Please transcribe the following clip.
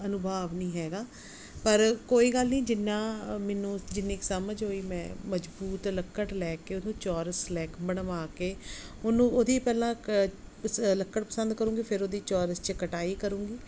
ਅਨੁਭਵ ਨਹੀਂ ਹੈਗਾ ਪਰ ਕੋਈ ਗੱਲ ਨਹੀਂ ਜਿੰਨਾ ਮੈਨੂੰ ਜਿੰਨੀ ਕੁ ਸਮਝ ਹੋਈ ਮੈਂ ਮਜ਼ਬੂਤ ਲੱਕੜ ਲੈ ਕੇ ਉਹਨੂੰ ਚੌਰਸ ਲੈਗ ਬਣਵਾ ਕੇ ਉਹਨੂੰ ਉਹਦੀ ਪਹਿਲਾਂ ਕ ਸ ਲੱਕੜ ਪਸੰਦ ਕਰੂੰਗੀ ਫਿਰ ਉਹਦੀ ਚੌਰਸ 'ਚ ਕਟਾਈ ਕਰੂੰਗੀ